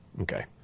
Okay